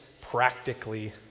practically